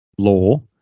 law